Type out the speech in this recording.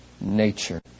nature